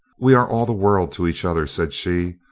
we are all the world to each other said she.